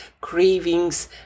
cravings